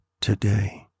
today